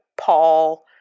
Paul